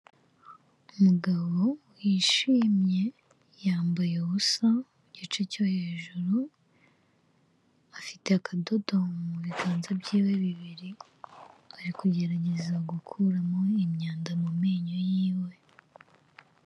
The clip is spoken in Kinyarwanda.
Umugabo wishimye yambaye ubusa mu gice cyo hejuru afite akadodo mu biganza byiwe bibiri ari kugerageza gukuramo imyanda mu menyo yiwe.